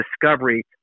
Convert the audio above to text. discovery